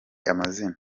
amazina